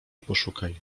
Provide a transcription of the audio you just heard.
poszukaj